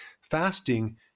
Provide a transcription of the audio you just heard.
Fasting